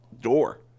door